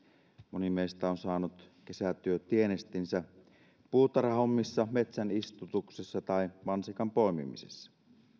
moni meistä on saanut kesätyötienestinsä puutarhahommissa metsän istutuksessa tai mansikan poimimisessa